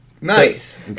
Nice